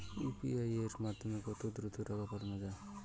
UPI এর মাধ্যমে কত দ্রুত টাকা পাঠানো যায়?